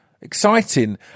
Exciting